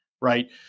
right